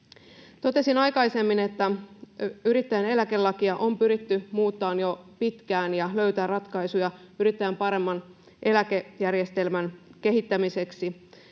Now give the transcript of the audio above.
Totesin aikaisemmin, että yrittäjän eläkelakia on pyritty muuttamaan jo pitkään ja löytämään ratkaisuja yrittäjän paremman eläkejärjestelmän kehittämiseksi.